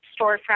storefront